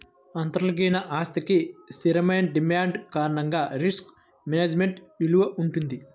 అంతర్లీన ఆస్తికి స్థిరమైన డిమాండ్ కారణంగా రిస్క్ మేనేజ్మెంట్ విలువ వుంటది